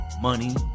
money